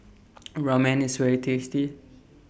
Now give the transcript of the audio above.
Ramen IS very tasty